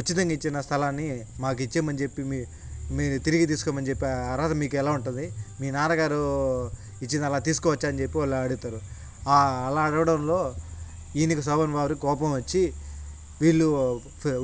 ఉచితంగా ఇచ్చిన స్థలాన్ని మాకు ఇచ్చేయమని చెప్పి మీ మీరు తిరిగి తీసుకోమని చెప్పే అర్హత మీకెలా ఉంటది మీ నాన గారూ ఇచ్చింది అలా తీసుకోవచ్చా అని చెప్పి వాళ్ళు అడుగుతారు అలా అడగడంలో ఈయనకి శోభన్ వారికి కోపం వచ్చి వీళ్ళు